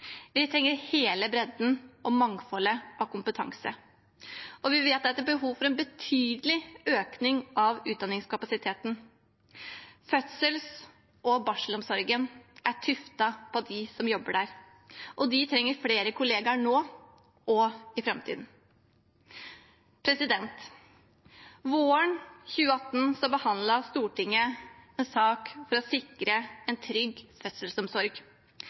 Vi trenger hele bredden og mangfoldet av kompetanse. Vi vet at det er behov for en betydelig økning av utdanningskapasiteten. Fødsels- og barselomsorgen er tuftet på dem som jobber der, og de trenger flere kollegaer nå – og i framtiden. Våren 2018 behandlet Stortinget en sak for å sikre en trygg